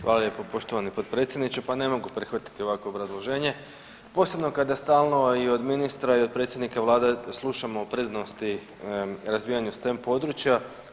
Hvala lijepo poštovani potpredsjedniče, pa ne mogu prihvatiti ovakvo obrazloženje posebno kada stalno i od ministra i od predsjednika Vlade slušamo o prednosti razvijanja STEM područja.